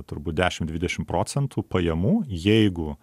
turbūt dešim dvidešimt procentų pajamų jeigu